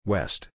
West